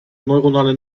neuronale